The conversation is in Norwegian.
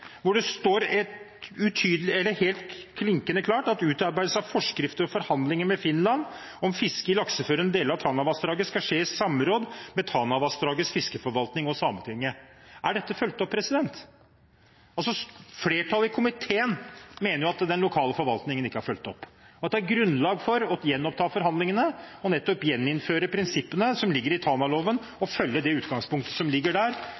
hvor det står klinkende klart: «Utarbeidelsen av forskrifter og forhandlinger med Finland om fisket i lakseførende deler av Tanavassdraget skal skje i samråd med Tanavassdragets fiskeforvaltning og Sametinget.» Er dette fulgt opp? Flertallet i komiteen mener at den lokale forvaltningen ikke er fulgt opp, at det er grunnlag for å gjenoppta forhandlingene og nettopp gjeninnføre prinsippene som ligger i Tanaloven, og følge det utgangspunktet som ligger der,